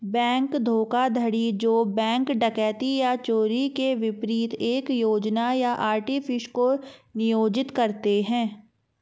bank धोखाधड़ी जो बैंक डकैती या चोरी के विपरीत एक योजना या आर्टिफिस को नियोजित करते हैं